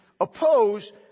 oppose